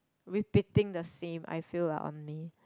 repeating the same I feel lah only